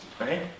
Right